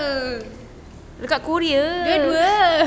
dua-dua